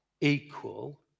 equal